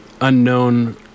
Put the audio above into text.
unknown